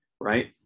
right